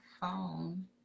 phone